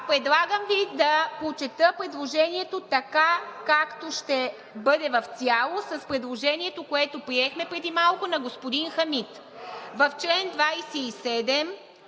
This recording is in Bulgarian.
Предлагам Ви да прочета предложението, така както ще бъде в цялост, с предложението, което приехме преди малко на господин Хамид. В чл. 27,